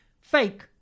fake